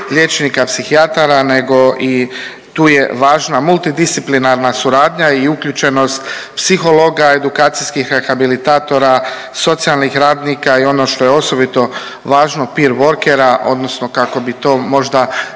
liječnika psihijatara nego tu je važna multidisciplinarna suradnja i uključenost psihologa, edukacijskih rehabilitatora, socijalnih radnika i ono što je osobito važno, PIR workera odnosno kako bi to možda